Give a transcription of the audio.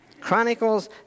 Chronicles